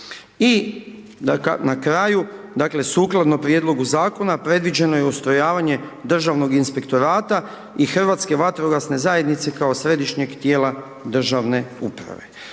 I na kraju, dakle, sukladno prijedlogu Zakona predviđeno je ustrojavanje Državnog inspektorata i Hrvatske vatrogasne zajednice kao Središnjeg tijela državne uprave.